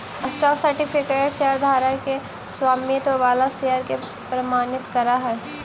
stock certificate शेयरधारक के स्वामित्व वाला शेयर के प्रमाणित करऽ हइ